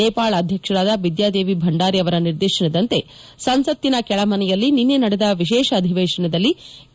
ನೇಪಾಳ ಅಧ್ಯಕ್ಷರಾದ ಬಿದ್ಯಾದೇವಿ ಭಂಡಾರಿ ಅವರ ನಿರ್ದೇಶನದಂತೆ ಸಂಸತ್ತಿನ ಕೆಳಮನೆಯಲ್ಲಿ ನಿನ್ನೆ ನಡೆದ ವಿಶೇಷ ಅಧಿವೇಶನದಲ್ಲಿ ಕೆ